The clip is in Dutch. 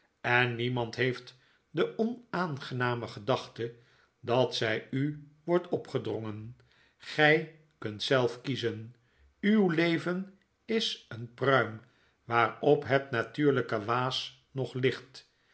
en demand heeft de onaangename gedachte dat zij u wordt opgedrongen gty kunt zelf kiezen uw leven is een pruim waarop het natuurlpe waas nog ligt